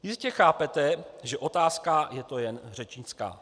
Jistě chápete, že otázka je to jen řečnická.